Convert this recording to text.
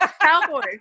cowboy